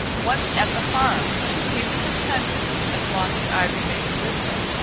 once at the farm she seemed contented as long as i remained with her.